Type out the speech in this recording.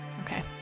Okay